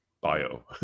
bio